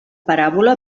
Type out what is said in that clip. paràbola